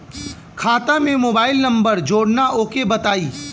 खाता में mobile number जोड़ना ओके बताई?